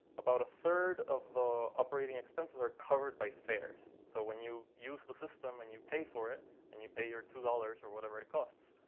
about a third of the operating expenses are covered by fares. so when you use the system and you pay for it and you pay your two dollars or whatever it costs,